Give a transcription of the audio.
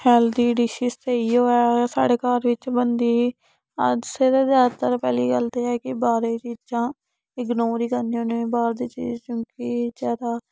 healthy dishes ते इ'यो ऐ स्हाड़े घर च बनदी अस ते ज्यादातर पैह्ली गल्ल ते एह् ऐ कि बाह्रै दी चीजां इग्नोर ही करने हुन्ने बाह्र दी चीज क्योंकि ज्यादा